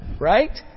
right